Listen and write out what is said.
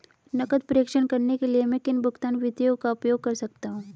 नकद प्रेषण करने के लिए मैं किन भुगतान विधियों का उपयोग कर सकता हूँ?